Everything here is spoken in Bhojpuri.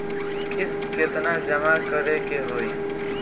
किस्त केतना जमा करे के होई?